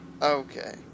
Okay